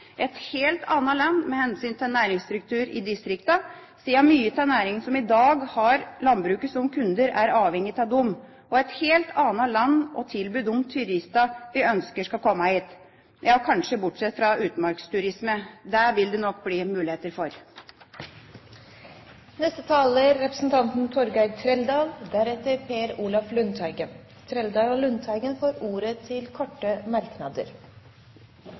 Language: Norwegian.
et helt annet land med hensyn til næringsstruktur i distriktene, siden mange av de næringene som i dag har landbruket som kunder, er avhengig av landbruket. Og vi vil få et helt annet land å tilby de turistene vi ønsker skal komme hit – bortsett fra å tilby dem utmarksturisme, kanskje. Det vil det nok bli muligheter for. Torgeir Trældal har hatt ordet to ganger og får ordet til